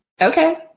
Okay